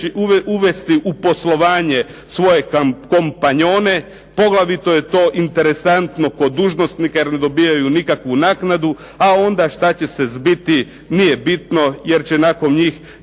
uvesti u poslovanje svoje kompanjone. Poglavito je to interesantno kod dužnosnika jer ne dobivaju nikakvu naknadu, a onda što će se zbiti nije bitno jer će nakon njih